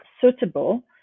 suitable